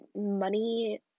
money